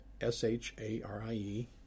s-h-a-r-i-e